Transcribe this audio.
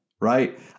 right